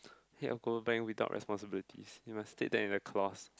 head of global bank without responsibilities you must state that in the clause